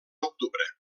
octubre